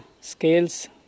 Scales